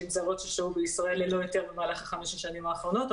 זרות ששהו בישראל ללא היתר במהלך חמש השני האחרונות,